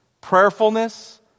prayerfulness